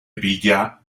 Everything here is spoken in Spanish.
villa